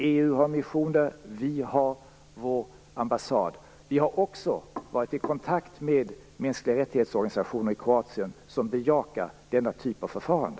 EU har en mission där och vi har en ambassad. Vi har också varit i kontakt mänskliga rättighets-organisationer i Kroatien som bejakar denna typ av förfarande.